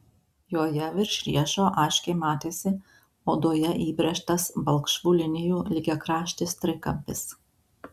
joje virš riešo aiškiai matėsi odoje įbrėžtas balkšvų linijų lygiakraštis trikampis